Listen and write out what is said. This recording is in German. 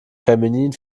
feminin